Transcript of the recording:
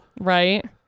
Right